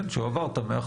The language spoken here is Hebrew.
כן, שהוא עבר את ה-150%.